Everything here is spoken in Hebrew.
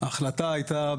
ההחלטה הייתה